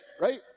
right